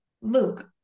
Luke